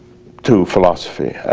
to philosophy?